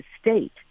state